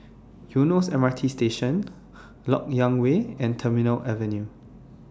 Eunos M R T Station Lok Yang Way and Terminal Avenue